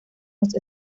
los